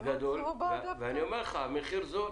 שלי, ואני אומר לך, המחיר זול,